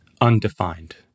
undefined